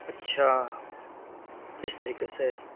اچھا اس طریقے سے